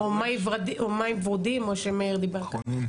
או מים ורודים כמו שמאיר דיבר כאן.